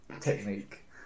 technique